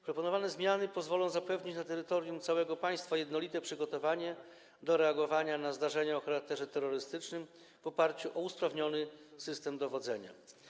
Proponowane zmiany pozwolą zapewnić na terytorium całego państwa jednolite przygotowanie do reagowania na zderzenia o charakterze terrorystycznym w oparciu o usprawniony system dowodzenia.